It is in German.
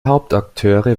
hauptakteure